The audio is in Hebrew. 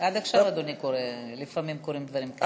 עד עכשיו, אדוני, לפעמים קורים דברים כאלה.